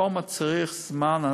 והרפורמה צריכה זמן.